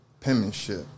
penmanship